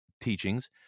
teachings